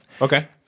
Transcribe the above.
Okay